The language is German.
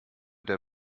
der